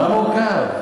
מה מורכב?